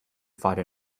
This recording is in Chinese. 发展